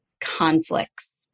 conflicts